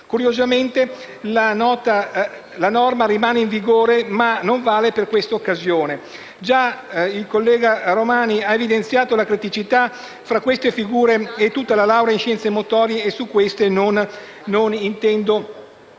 Curiosamente, la norma rimane in vigore, ma non vale per questa occasione. Il collega Romani ha già evidenziato la criticità tra queste figure e la laurea in scienze motorie e non intendo